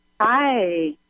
Hi